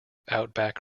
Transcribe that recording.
outback